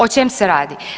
O čem se radi?